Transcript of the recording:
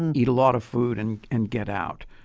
and eat a lot of food, and and get out.